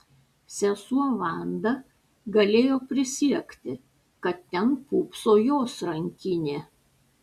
sesuo vanda galėjo prisiekti kad ten pūpso jos rankinė